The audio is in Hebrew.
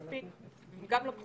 וגם להגיע לאנשים האלה,